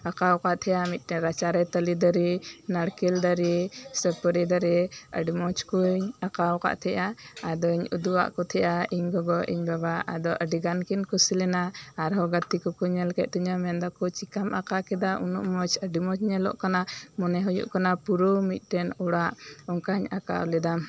ᱟᱸᱠᱟᱣ ᱠᱟᱜ ᱛᱟᱦᱮᱸᱜᱼᱟ ᱢᱤᱜᱴᱮᱱ ᱨᱟᱪᱟᱨᱮ ᱛᱟᱞᱮ ᱫᱟᱨᱮ ᱱᱟᱲᱠᱮᱞ ᱫᱟᱨᱮ ᱥᱩᱯᱟᱹᱨᱤ ᱫᱟᱨᱮ ᱟᱹᱰᱤ ᱢᱚᱸᱡᱽ ᱠᱚᱡ ᱤᱧ ᱟᱸᱠᱟᱣ ᱠᱟᱫ ᱛᱟᱦᱮᱸᱜᱼᱟ ᱟᱫᱚᱧ ᱩᱫᱩᱜ ᱟᱫ ᱠᱚ ᱛᱟᱦᱮᱸᱫᱼᱟ ᱤᱧ ᱜᱚᱜᱚ ᱤᱧ ᱵᱟᱵᱟ ᱟᱫᱚ ᱟᱹᱰᱤ ᱜᱟᱱ ᱠᱤᱱ ᱠᱩᱥᱤ ᱞᱮᱱᱟ ᱟᱨ ᱦᱚᱸ ᱜᱟᱛᱮ ᱠᱚᱠᱚ ᱧᱮᱞ ᱠᱮᱫ ᱛᱤᱧᱟᱹ ᱢᱮᱱ ᱮᱫᱟᱠᱚ ᱪᱤᱠᱟᱹᱢ ᱟᱸᱠᱟᱣ ᱠᱮᱫᱟ ᱩᱱᱟᱹᱜ ᱢᱚᱸᱡᱽ ᱟᱹᱰᱤ ᱢᱚᱸᱡᱽ ᱧᱮᱞᱚᱜ ᱠᱟᱱᱟ ᱢᱚᱱᱮ ᱦᱩᱭᱩᱜ ᱠᱟᱱᱟ ᱯᱩᱨᱟᱹ ᱢᱤᱫᱴᱮᱱ ᱚᱲᱟᱜ ᱚᱱᱠᱟᱧ ᱟᱸᱠᱟᱣ ᱞᱮᱫᱟ